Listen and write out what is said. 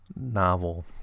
novel